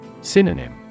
Synonym